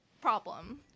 problem